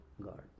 God